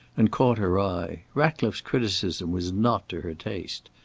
and caught her eye. ratcliffe's criticism was not to her taste.